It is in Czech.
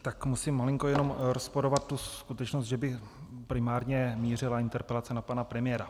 Tak musím malinko jenom rozporovat tu skutečnost, že by primárně mířila interpelace na pana premiéra.